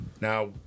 Now